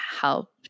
help